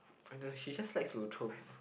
I don't know she just likes to troll people